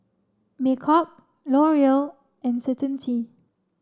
Me KUP L'Oreal and Certainty